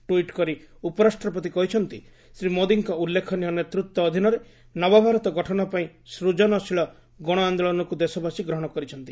tweet କରି ଉପରାଷ୍ଟ୍ରପତି କହିଛନ୍ତି ଶ୍ରୀ ମୋଦିଙ୍କ ଉଲ୍ଲେଖନୀୟ ନେତୃତ୍ୱ ଅଧୀନରେ ନବଭାରତ ଗଠନ ପାଇଁ ସ୍ନଜନଶୀଳ ଗଣ ଆନ୍ଦୋଳନକୁ ଦେଶବାସୀ ଗ୍ରହଣ କରିଛନ୍ତି